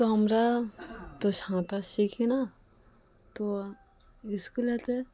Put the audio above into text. তো আমরা তো সাঁতার শিখি না তো স্কুলে এতে